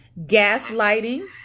Gaslighting